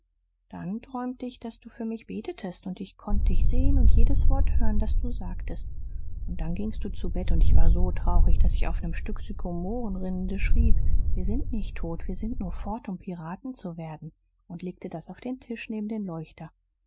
dann träumte ich daß du für mich betetest und ich konnt dich sehen und jedes wort hören das du sagtest und dann gingst du zu bett und ich war so traurig daß ich auf n stück sykomorenrinde schrieb wir sind nicht tot wir sind nur fort um piraten zu werden und legte das auf den tisch neben den leuchter